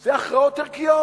זה הכרעות ערכיות.